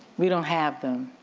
we don't have them.